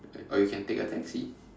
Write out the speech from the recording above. or or you can take a taxi